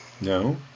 No